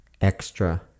Extra